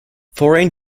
foreign